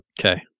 Okay